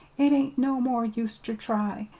it ain't no more use ter try!